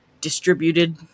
distributed